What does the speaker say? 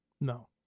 No